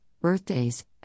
birthdays